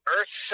Earth